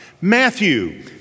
Matthew